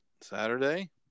Saturday